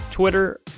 Twitter